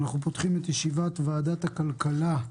אנחנו פותחים את ישיבת ועדת הכלכלה.